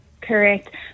Correct